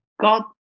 God